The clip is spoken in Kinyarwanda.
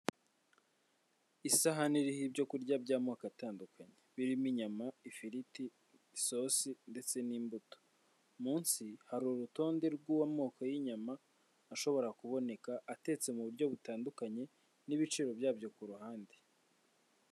Isahane iriho ibyo kurya by'amoko atandukanye birimo inyama, ifiriti, isosi ndetse n'imbuto. Munsi hari urutonde rw'amoko y'inyama ashobora kuboneka, atetse mu buryo butandukanye n'ibiciro byabyo ku ruhande.